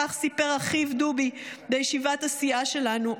כך סיפר אחיו דובי בישיבת הסיעה שלנו.